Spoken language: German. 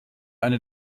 eine